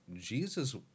Jesus